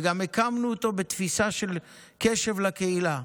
וגם הקמנו אותו בתפיסה של קשב לקהילה.